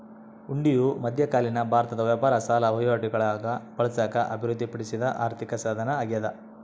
ಹುಂಡಿಯು ಮಧ್ಯಕಾಲೀನ ಭಾರತದ ವ್ಯಾಪಾರ ಸಾಲ ವಹಿವಾಟುಗುಳಾಗ ಬಳಸಾಕ ಅಭಿವೃದ್ಧಿಪಡಿಸಿದ ಆರ್ಥಿಕಸಾಧನ ಅಗ್ಯಾದ